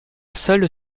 seule